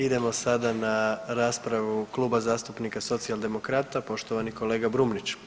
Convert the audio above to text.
Idemo sada na raspravu Kluba zastupnika socijaldemokrata poštovani kolega Brumnić.